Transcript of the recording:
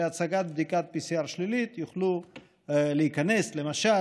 ובהצגת בדיקת PCR שלילית הם יוכלו להיכנס למשל